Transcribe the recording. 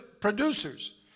producers